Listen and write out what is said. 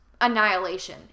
annihilation